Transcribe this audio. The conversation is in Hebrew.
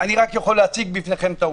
אני יכול להציג בפניכם רק את העובדות.